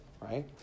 right